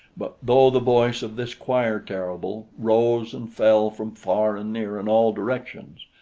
but though the voice of this choir-terrible rose and fell from far and near in all directions,